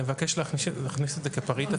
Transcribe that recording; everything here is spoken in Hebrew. אנחנו נבקש להכניס את זה כפריט עצמאי בצו.